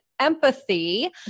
empathy